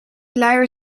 luier